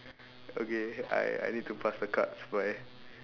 okay I I need to pass the cards bye